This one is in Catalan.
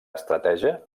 estratègia